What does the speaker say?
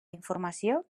informació